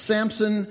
Samson